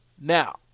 Now